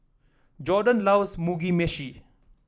Jordon loves Mugi Meshi